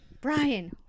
Brian